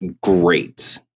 great